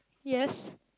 yes